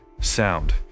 sound